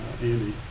Andy